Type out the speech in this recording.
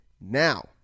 now